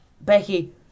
Becky